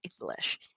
English